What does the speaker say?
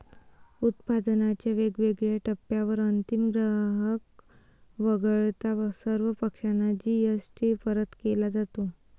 उत्पादनाच्या वेगवेगळ्या टप्प्यांवर अंतिम ग्राहक वगळता सर्व पक्षांना जी.एस.टी परत केला जातो